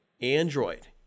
Android